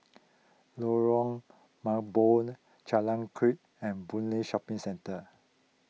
Lorong Mambong Jalan Kuak and Boon Lay Shopping Centre